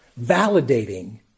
validating